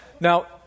Now